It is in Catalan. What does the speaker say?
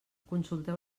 consulteu